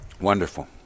wonderful